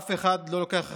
אף אחד לא לוקח אחריות.